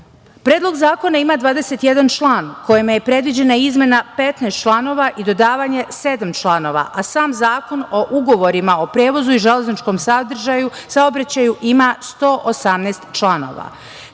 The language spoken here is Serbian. praksom. Predlog zakona ima 21 član, kojim je predviđen izmena 15 članova i dodavanje sedam članova, a sam Zakon o ugovorima o prevozu i železničkom saobraćaju, ima 118 članova. Kada